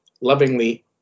lovingly